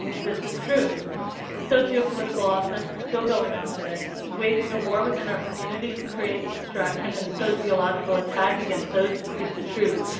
this is true. the sociopolitical ah offense is still going on today, waging a war within our community to create a distraction and a sociological attack against those who seek the truth.